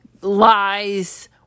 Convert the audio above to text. lies